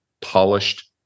polished